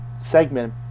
segment